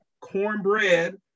cornbread